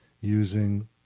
using